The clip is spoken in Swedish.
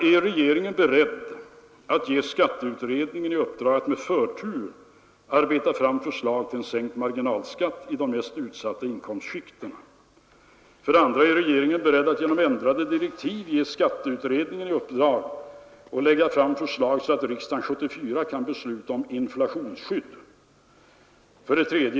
Är regeringen beredd att ge skatteutredningen i uppdrag att med förtur arbeta fram förslag till sänkt marginalskatt i det mest utsatta inkomstskiktet? 2. Är regeringen beredd att genom ändrade direktiv ge skatteutredningen i uppdrag att lägga fram förslag så att riksdagen 1974 kan besluta om inflationsskydd? 3.